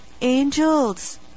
Angels